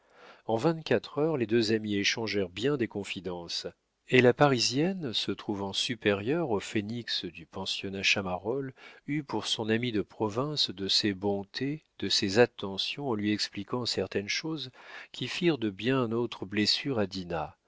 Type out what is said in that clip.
en vingt-quatre heures les deux amies échangèrent bien des confidences et la parisienne se trouvant supérieure au phénix du pensionnat chamarolles eut pour son amie de province de ces bontés de ces attentions en lui expliquant certaines choses qui firent de bien autres blessures à dinah